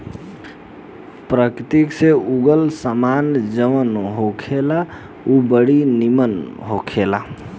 प्रकृति से उगल सामान जवन होखेला उ बड़ी निमन होखेला